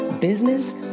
business